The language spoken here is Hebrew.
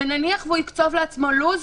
ונניח שהוא יקצוב לעצמו לו"ז,